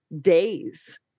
days